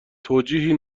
توجیهی